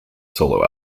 solo